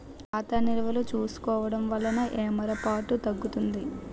ఖాతా నిల్వలు చూసుకోవడం వలన ఏమరపాటు తగ్గుతుంది